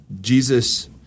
Jesus